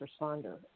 responder